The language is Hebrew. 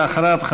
ואחריו,